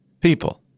people